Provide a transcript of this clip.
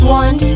one